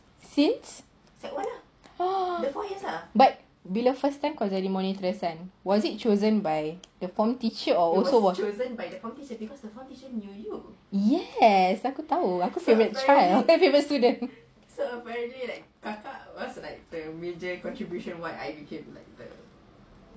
since but bila first time kau jadi monitress kan was it chosen by the form teacher or also was yes aku tahu aku favourite child favourite student